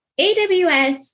AWS